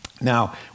Now